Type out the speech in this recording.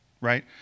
right